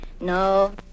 No